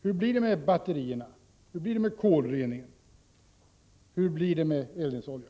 Hur blir det med batterierna, kolreningen, eldningsoljan?